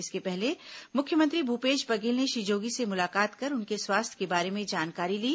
इसके पहले मुख्यमंत्री भूपेश बघेल ने श्री जोगी से मुलाकात कर उनके स्वास्थ्य के बारे में जानकारी ली